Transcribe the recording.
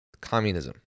communism